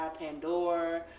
Pandora